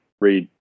read